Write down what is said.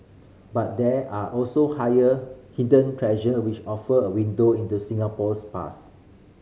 but there are also higher hidden treasure which offer a window into Singapore's past